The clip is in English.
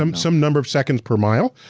um some number of seconds per mile.